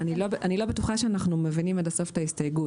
אני לא בטוחה שאנחנו מבינים עד הסוף את ההסתייגות.